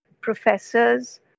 professors